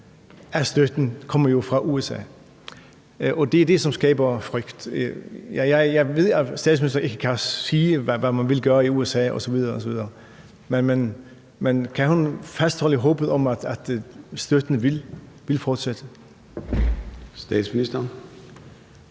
af støtten jo kommer fra USA, og det er det, som skaber frygt. Jeg ved godt, at statsministeren ikke kan sige, hvad man vil gøre i USA osv. osv., men kan hun fastholde håbet om, at støtten vil fortsætte? Kl.